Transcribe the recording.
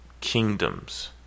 kingdoms